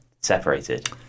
separated